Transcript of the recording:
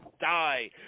die